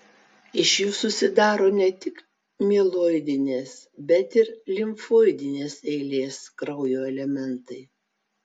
iš jų susidaro ne tik mieloidinės bet ir limfoidinės eilės kraujo elementai